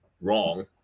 wrong